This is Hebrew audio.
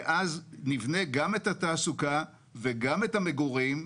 ואז נבנה גם את התעסוקה וגם את המגורים.